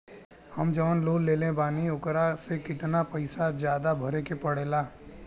हम जवन लोन लेले बानी वोकरा से कितना पैसा ज्यादा भरे के पड़ेला?